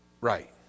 right